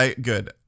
Good